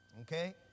okay